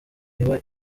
iba